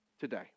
today